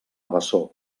bessó